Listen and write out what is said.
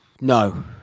No